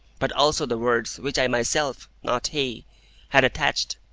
but also the words which i myself not he had attached,